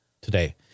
today